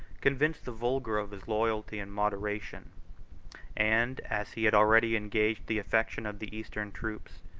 convinced the vulgar of his loyalty and moderation and, as he had already engaged the affection of the eastern troops,